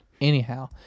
Anyhow